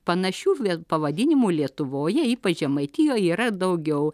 panašių vie pavadinimų lietuvoje ypač žemaitijoj yra daugiau